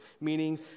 meaning